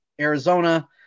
Arizona